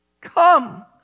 come